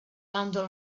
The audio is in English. bundle